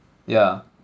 yeah